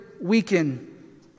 weaken